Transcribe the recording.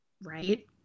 right